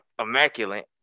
immaculate